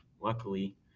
Luckily